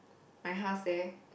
my house there